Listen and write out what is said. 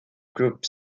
group